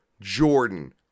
Jordan